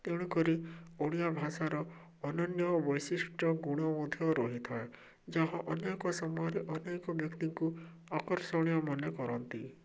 ତେଣୁକରି ଓଡ଼ିଆ ଭାଷାର ଅନନ୍ୟ ବୈଶିଷ୍ଟ୍ୟ ଗୁଣ ମଧ୍ୟ ରହିଥାଏ ଯାହା ଅନେକ ସମୟରେ ଅନେକ ବ୍ୟକ୍ତିକୁ ଆକର୍ଷଣୀୟ ମନେ କରନ୍ତି